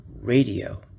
Radio